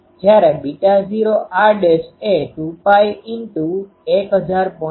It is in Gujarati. જ્યારે β૦r' એ 2Π×1000